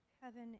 heaven